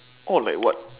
all like what